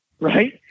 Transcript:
right